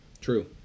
true